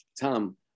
Tom